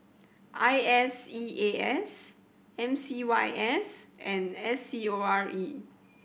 I S E A S M C Y S and S C O R E